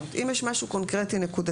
אם יש משהו קונקרטי נקודתי,